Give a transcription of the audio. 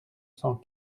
cent